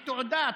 עם תעודה,